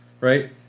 Right